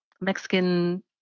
Mexican